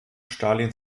stalin